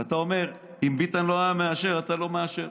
ואתה אומר שאם ביטן לא היה מאשר אתה לא מאשר,